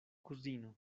kuzino